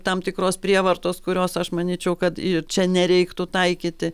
tam tikros prievartos kurios aš manyčiau kad ir čia nereiktų taikyti